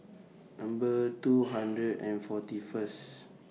Number two hundred and forty First